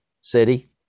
city